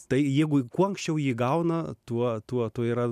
tai jeigu kuo anksčiau jį įgauna tuo tuo tuo yra